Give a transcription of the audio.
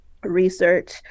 research